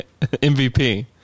MVP